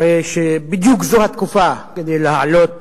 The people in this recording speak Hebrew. הרי שבדיוק זו התקופה כדי להעלות